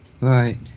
Right